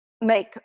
make